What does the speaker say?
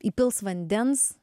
įpils vandens